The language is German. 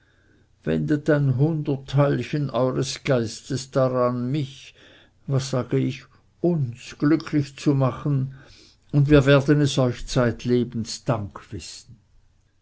mann wendet ein hundertteilchen eures geistes daran mich was sage ich uns glücklich zu machen und wir werden es euch zeitlebens dank wissen